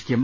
ശിക്കും